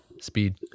Speed